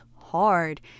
hard